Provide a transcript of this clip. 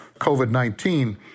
COVID-19